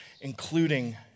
including